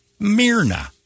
Mirna